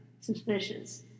suspicious